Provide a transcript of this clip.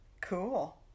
cool